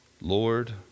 Lord